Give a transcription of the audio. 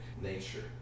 nature